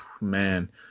Man